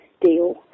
deal